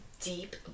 Deep